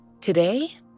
Today